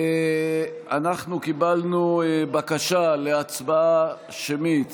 אנחנו קיבלנו בקשה להצבעה שמית